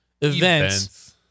Events